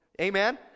amen